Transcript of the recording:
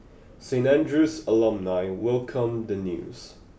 Saint Andrew's alumni welcomed the news